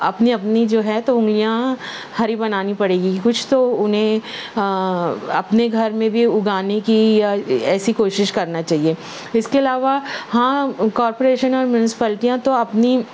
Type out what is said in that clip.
اپنی اپنی جو ہے تو انگلیاں ہری بنانی پڑے گی کچھ تو انہیں اپنے گھر میں بھی اگانے کی ایسی کوشش کرنا چاہیے اس کے علاوہ ہاں کورپوریشن اور منسپلٹیاں تو اپنی